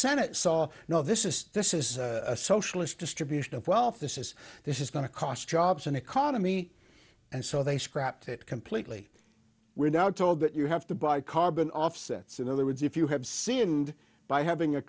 senate saw no this is this is a socialist distribution of wealth this is this is going to cost jobs and economy and so they scrapped it completely we're now told that you have to buy carbon offsets in other words if you have sinned by having a